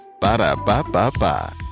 Ba-da-ba-ba-ba